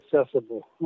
accessible